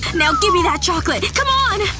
now gimme that chocolate, c'mon!